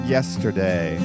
Yesterday